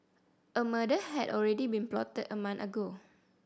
a murder had already been plotted a month ago